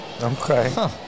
Okay